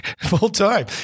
Full-time